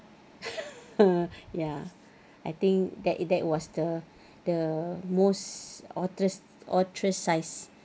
ya I think that that was the the most ostra~ ostracised